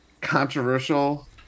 controversial